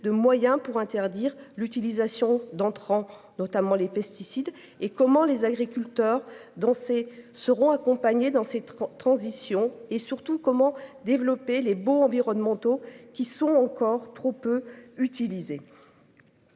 de moyens pour interdire l'utilisation d'entrants notamment les pesticides et comment les agriculteurs danser seront accompagnés dans cette transition et surtout comment développer les baux environnementaux qui sont encore trop peu utilisé.